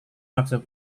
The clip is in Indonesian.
maksud